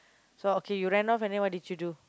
so okay you ran off and then what did you do